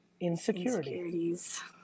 insecurities